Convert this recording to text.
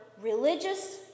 religious